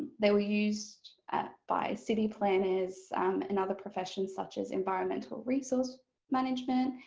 they were used ah by city planners and other professions such as environmental resource management,